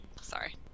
sorry